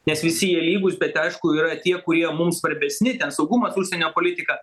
nes visi jie lygūs bet aišku yra tie kurie mums svarbesni ten saugumas užsienio politika